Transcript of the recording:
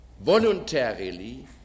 voluntarily